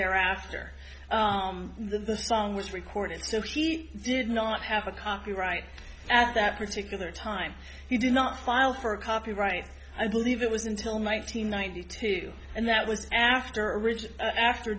thereafter the song was recorded so he did not have a copyright at that particular time he did not file for copyright i believe it was until my team ninety two and that was after rich after